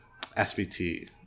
SVT